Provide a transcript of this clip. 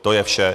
To je vše.